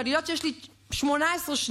ואני יודעת שיש לי 18 שניות,